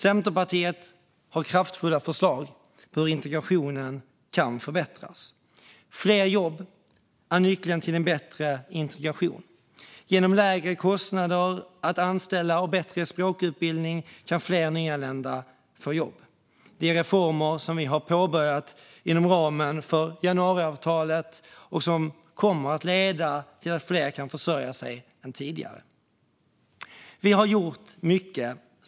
Centerpartiet har kraftfulla förslag på hur integrationen kan förbättras. Fler jobb är nyckeln till en bättre integration. Genom lägre kostnader för att anställa och bättre språkutbildning kan fler nyanlända få jobb. Det är reformer som vi har påbörjat inom ramen för januariavtalet och som kommer att leda till att fler kan försörja sig än tidigare. Vi har gjort mycket.